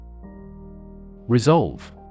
Resolve